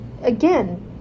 again